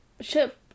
ship